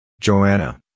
Joanna